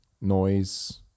noise